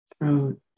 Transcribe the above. throat